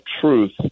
truth